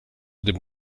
dem